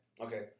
Okay